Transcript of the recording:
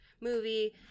movie